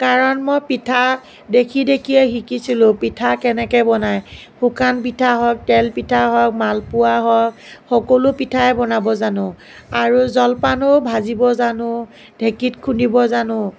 কাৰণ মই পিঠা দেখি দেখিয়ে শিকিছিলোঁ পিঠা কেনেকৈ বনাই শুকান পিঠা হওঁক তেল পিঠা হওঁক মালপুৱা হওঁক সকলো পিঠাই বনাব জানোঁ আৰু জলপানো ভাজিব জানোঁ ঢেকীত খুন্দিব জানোঁ